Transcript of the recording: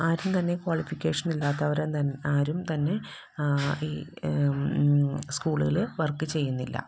ആരുംതന്നെ qualification ഇല്ലാത്തവര് ആരും തന്നെ ഈ സ്കൂളിൽ വര്ക്ക് ചെയ്യുന്നില്ല